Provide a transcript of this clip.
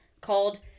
called